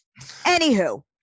Anywho